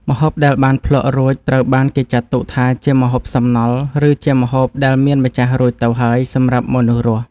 ម្ហូបដែលបានភ្លក្សរួចត្រូវបានគេចាត់ទុកថា ជាម្ហូបសំណល់ ឬជាម្ហូបដែលមានម្ចាស់រួចទៅហើយសម្រាប់មនុស្សរស់។